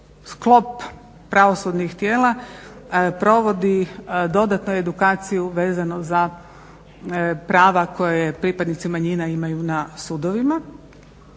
sklop pravosudnih tijela provodi dodatnu edukaciju vezano za prava koja pripadnici manjina imaju na sudovima.